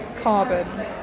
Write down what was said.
carbon